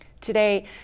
today